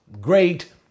great